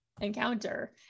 encounter